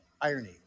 irony